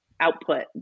output